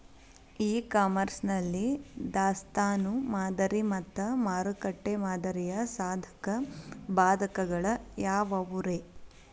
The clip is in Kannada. ಇ ಕಾಮರ್ಸ್ ನಲ್ಲಿ ದಾಸ್ತಾನು ಮಾದರಿ ಮತ್ತ ಮಾರುಕಟ್ಟೆ ಮಾದರಿಯ ಸಾಧಕ ಬಾಧಕಗಳ ಯಾವವುರೇ?